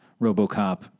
RoboCop